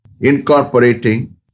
incorporating